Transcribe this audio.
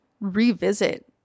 revisit